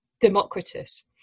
Democritus